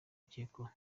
akekwaho